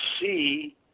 see